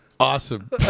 Awesome